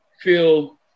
feel